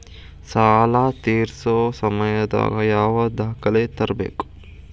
ಸಾಲಾ ತೇರ್ಸೋ ಸಮಯದಾಗ ಯಾವ ದಾಖಲೆ ತರ್ಬೇಕು?